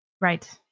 Right